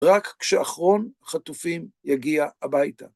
רק כשאחרון החטופים יגיע הביתה.